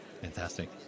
Fantastic